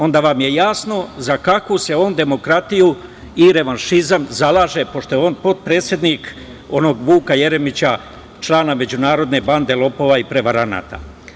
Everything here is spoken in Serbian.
Onda vam je jasno za kakvu se on demokratiju i revanšizam zalaže, pošto je on potpredsednik onog Vuka Jeremića, člana međunarodne bande lopova i prevaranata.